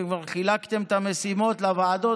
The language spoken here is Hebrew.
אתם כבר חילקתם את המשימות לוועדות,